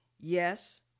Yes